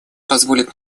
позволит